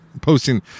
posting